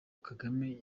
kagame